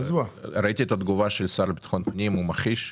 ראיתי את התגובה של השר לביטחון פנים שמכחיש.